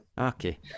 Okay